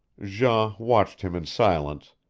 jean watched him in silence,